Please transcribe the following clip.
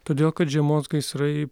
todėl kad žiemos gaisrai